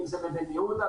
אם זה בבן יהודה,